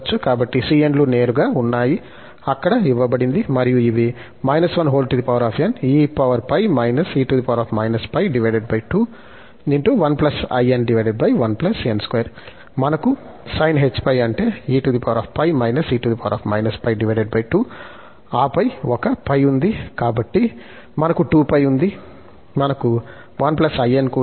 కాబట్టి cn లు నేరుగా ఉన్నాయి అక్కడ ఇవ్వబడింది మరియు ఇవి మనకు sinh π అంటే ఆపై ఒక π ఉంది కాబట్టి మనకు 2 π ఉంది మనకు 1 in కూడా ఉంది